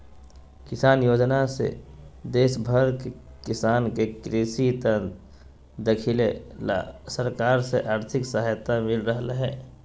किसान योजना से देश भर के किसान के कृषि यंत्र खरीदे ला सरकार से आर्थिक सहायता मिल रहल हई